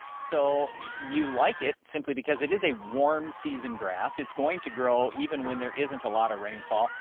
so you like it simply because it is a warm season grass. it's going to grow even when there isn't a lot of rainfall,